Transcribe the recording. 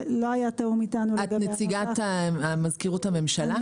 ולא היה תיאום איתנו לגבי --- את נציגת מזכירות הממשלה?